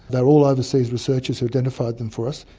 there'll all overseas researchers who identified them for us.